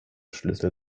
schlüssel